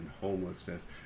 homelessness